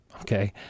Okay